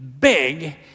big